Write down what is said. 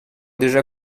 déjà